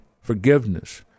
forgiveness